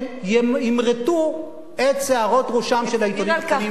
הם ימרטו את שערות ראשם של העיתונים הקטנים,